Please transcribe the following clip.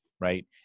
right